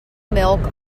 milk